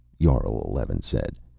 jarl eleven said.